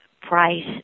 price